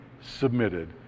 submitted